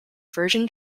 virgin